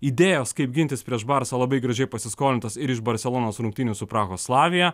idėjos kaip gintis prieš barsą labai gražiai pasiskolintas iš barselonos rungtynių su prahoslavija